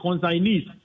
consignees